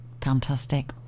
fantastic